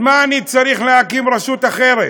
אז מה אני צריך להקים רשות אחרת?